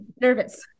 nervous